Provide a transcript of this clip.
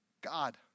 God